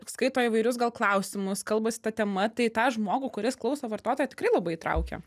skaito įvairius gal klausimus kalbasi ta tema tai tą žmogų kuris klauso vartotoją tikrai labai įtraukia